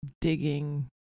digging